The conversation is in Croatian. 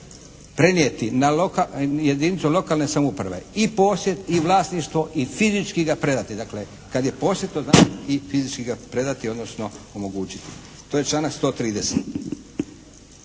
prenijeti na jedinicu lokalne samouprave i posjed i vlasništvo i fizički ga predati. Dakle, kad je posjed to znači i fizički ga predati, odnosno omogućiti. To je članak 130.